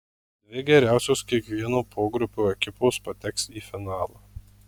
dvi geriausios kiekvieno pogrupio ekipos pateks į finalą